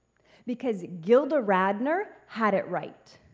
because gilda radner had it right.